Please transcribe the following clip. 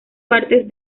partes